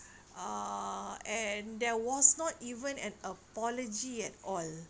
uh and there was not even an apology at all